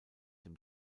dem